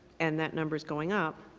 and that number is going up,